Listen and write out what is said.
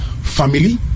family